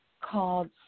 called